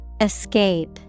Escape